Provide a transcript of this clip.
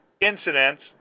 incidents